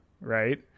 right